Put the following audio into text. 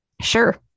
sure